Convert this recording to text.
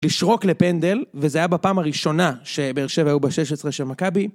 לשרוק לפנדל, וזה היה בפעם הראשונה שבאר שבע היו ב-16 של מכבי.